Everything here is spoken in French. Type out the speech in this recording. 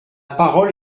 parole